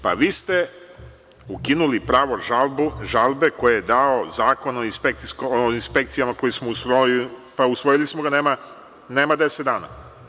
Pa vi ste ukinuli pravo žalbe koje je dao Zakon o ispekcijama koji smo usvojili nema 10 dana.